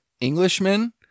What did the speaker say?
Englishman